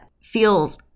feels